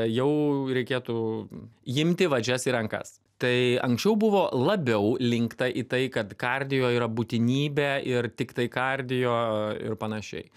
jau reikėtų imti vadžias į rankas tai anksčiau buvo labiau linkta į tai kad kardio yra būtinybė ir tiktai kardio ir panašiai